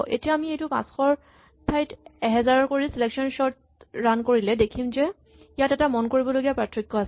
এতিয়া আমি এইটো ৫০০ ৰ ঠাইত ১০০০ কৰি চিলেকচন চৰ্ট ৰান কৰিলে আমি দেখিম যে ইয়াত এটা মন কৰিবলগীয়া পাৰ্থক্য আছে